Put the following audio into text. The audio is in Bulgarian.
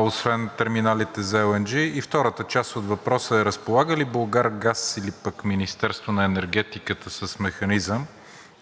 освен терминалите за LNG. И втората част от въпроса е: разполага ли „Булгаргаз“ или пък Министерството на енергетиката с механизъм,